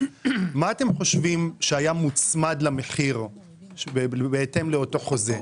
מה אתם חושבים שהיה מוצמד למחיר בהתאם לאותו חוזה?